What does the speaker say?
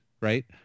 right